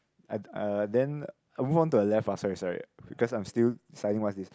I uh then move on to the left ah sorry sorry because I'm still deciding what is this